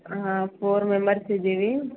ಹಾಂ four members ಇದ್ದೀವಿ